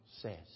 says